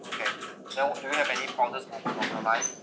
okay then what do you have any proudest moment of your life